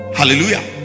hallelujah